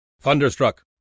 Thunderstruck